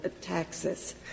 taxes